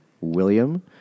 William